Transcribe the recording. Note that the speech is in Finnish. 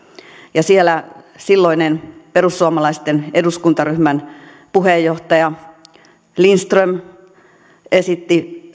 ja siellä silloinen perussuomalaisten eduskuntaryhmän puheenjohtaja lindström esitti